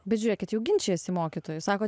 bet žiūrėkit jau ginčijasi mokytojai sako